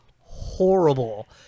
horrible